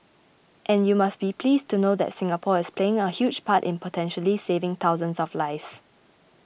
and you must be pleased to know that Singapore is playing a huge part in potentially saving thousands of lives